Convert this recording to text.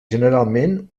generalment